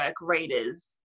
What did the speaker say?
readers